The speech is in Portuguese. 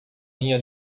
minha